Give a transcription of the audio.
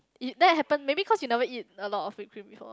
you that happen maybe cause you never eat a lot of whip cream before